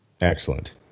Excellent